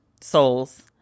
souls